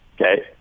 Okay